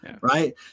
Right